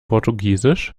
portugiesisch